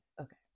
Okay